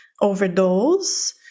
overdose